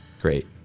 great